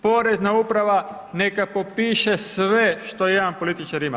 Porezna uprava neka popiše sve što jedan političar ima.